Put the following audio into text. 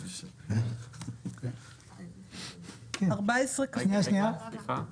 אפשר לכתוב שלהתייעצות הזאת ייקצבו 30 ימים,